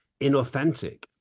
inauthentic